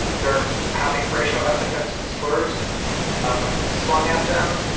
they're having racial epithets and slurs um slung at them,